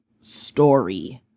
story